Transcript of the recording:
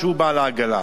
שהוא בעל העגלה,